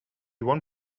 one